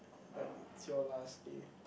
like it's your last day